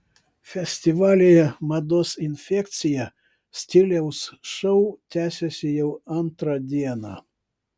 festivalyje mados infekcija stiliaus šou tęsiasi jau antrą dieną